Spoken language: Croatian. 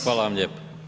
Hvala vam lijepo.